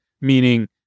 meaning